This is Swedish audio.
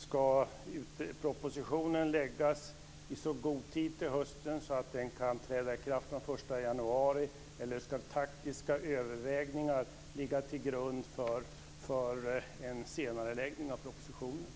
Ska propositionen läggas fram i så god tid i höst att den kan träda i kraft den 1 januari, eller ska taktiska överväganden ligga till grund för en senareläggning av propositionen?